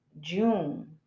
June